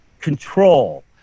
control